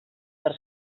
per